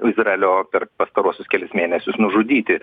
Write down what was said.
izraelio per pastaruosius kelis mėnesius nužudyti